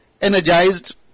energized